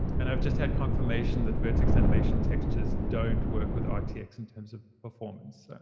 and i've just had confirmation that vertex animation textures don't work with um rtx in terms of performance.